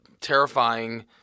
terrifying